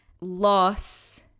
loss